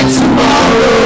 tomorrow